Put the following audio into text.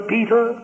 Peter